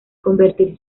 convertirse